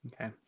Okay